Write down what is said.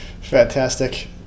Fantastic